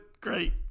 great